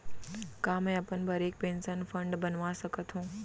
का मैं अपन बर एक पेंशन फण्ड बनवा सकत हो?